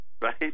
right